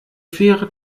fähre